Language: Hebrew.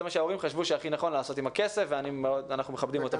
זה מה שההורים חשבו שהכי נכון לעשות עם הכסף ואנחנו מכבדים אותם.